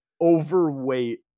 overweight